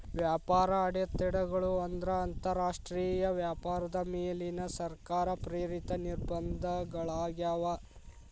ವ್ಯಾಪಾರ ಅಡೆತಡೆಗಳು ಅಂದ್ರ ಅಂತರಾಷ್ಟ್ರೇಯ ವ್ಯಾಪಾರದ ಮೇಲಿನ ಸರ್ಕಾರ ಪ್ರೇರಿತ ನಿರ್ಬಂಧಗಳಾಗ್ಯಾವ